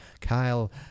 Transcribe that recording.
Kyle